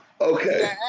okay